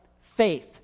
Faith